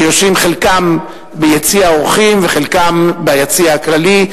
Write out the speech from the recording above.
שיושבים חלקם ביציע האורחים וחלקם ביציע הכללי.